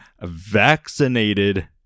vaccinated